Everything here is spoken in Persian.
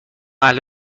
اهل